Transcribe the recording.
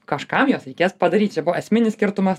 kažkam juos reikės padaryt čia buvo esminis skirtumas